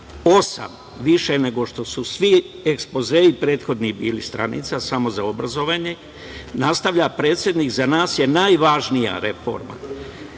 osam više nego što su svi ekspozei prethodni bili stranica samo za obrazovanje, nastavlja predsednik – za nas je najvažnija reforma,